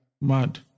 Mad